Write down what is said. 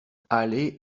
aller